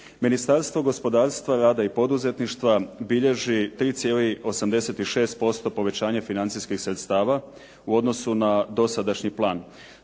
Ministarstvo gospodarstva, rada i poduzetništva bilježi 3,86% povećanje financijskih sredstava u odnosu na dosadašnji plan.